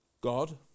God